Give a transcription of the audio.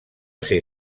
ser